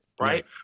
right